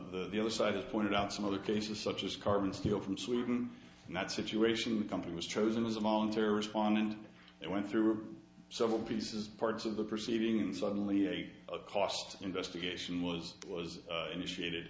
of the other side of pointed out some other cases such as carbon steel from sweden and that situation the company was chosen as a long term respond and it went through several pieces parts of the proceedings suddenly a cost investigation was was initiated